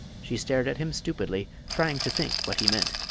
she stared at him stupidly, trying to think what he meant.